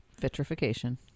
Vitrification